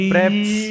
Preps